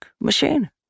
machine